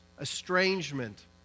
estrangement